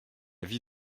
vie